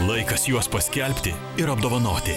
laikas juos paskelbti ir apdovanoti